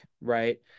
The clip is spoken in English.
right